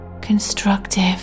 constructive